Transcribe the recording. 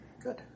Good